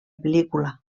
pel·lícula